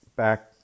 Back